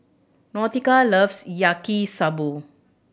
Nautica loves Yaki Soba